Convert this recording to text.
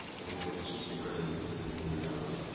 i think that is incredibly important to be aware of,